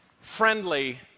friendly